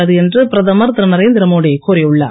உள்ளது என்று பிரதமர் திரு நரேந்திரமோடி கூறி உள்ளார்